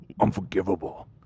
Unforgivable